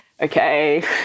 okay